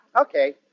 Okay